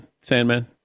Sandman